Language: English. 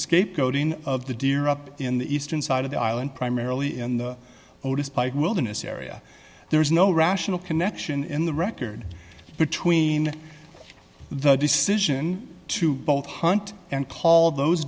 scapegoating of the deer up in the eastern side of the island primarily in the oldest wilderness area there is no rational connection in the record between the decision to both hunt and